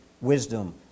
wisdom